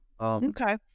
Okay